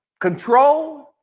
Control